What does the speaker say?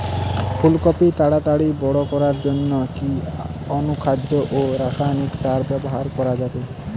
ফুল কপি তাড়াতাড়ি বড় করার জন্য কি অনুখাদ্য ও রাসায়নিক সার ব্যবহার করা যাবে?